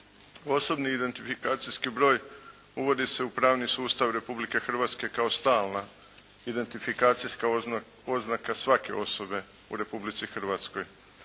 Osobni identifikacijski broj uvodi se u pravni sustav Republike Hrvatske kao stalna identifikacijska oznaka svake osobe u Republici Hrvatskoj.